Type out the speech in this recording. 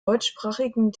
deutschsprachigen